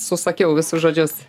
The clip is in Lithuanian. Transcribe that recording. susakiau visus žodžius